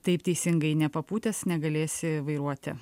taip teisingai nepapūtęs negalėsi vairuoti